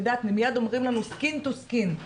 מיד אומרים לנו "skin to skin",